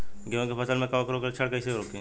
गेहूं के फसल में कवक रोग के लक्षण कईसे रोकी?